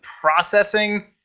processing